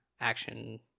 action